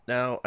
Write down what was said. Now